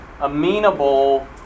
amenable